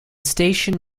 station